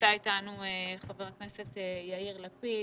נמצא איתנו חבר הכנסת יאיר לפיד,